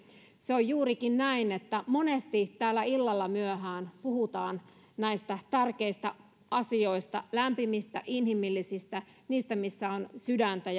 se on juurikin näin että monesti täällä illalla myöhään puhutaan näistä tärkeistä asioista lämpimistä inhimillisistä niistä missä on sydäntä